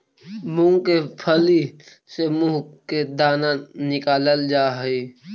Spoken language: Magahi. मूंग के फली से मुंह के दाना निकालल जा हई